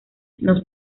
nos